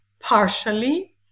partially